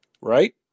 Right